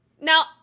now